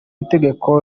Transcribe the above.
itegeko